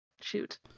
Shoot